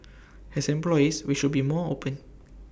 as employees we should be more open